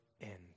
end